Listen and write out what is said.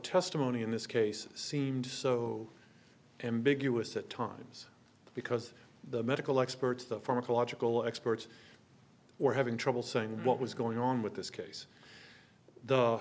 testimony in this case seemed so ambiguous at times because the medical experts the pharmacological experts were having trouble saying what was going on with this case the